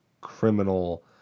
criminal